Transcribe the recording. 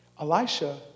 Elisha